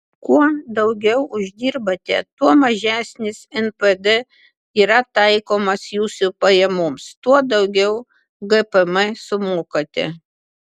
kuo daugiau uždirbate tuo mažesnis npd yra taikomas jūsų pajamoms tuo daugiau gpm sumokate